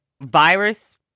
virus